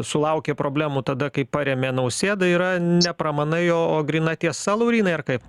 sulaukė problemų tada kai parėmė nausėdą yra ne pramanai o o gryna tiesa laurynai ar kaip